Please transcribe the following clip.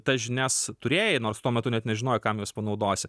tas žinias turėjai nors tuo metu net nežinojai kam jas panaudosi